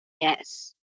Yes